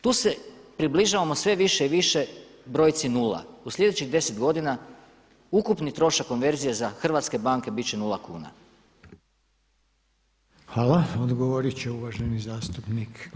Tu se približavamo sve više i više brojci 0. U sljedećih 10 godina ukupni trošak konverzije za hrvatske banke bit će 0 kuna.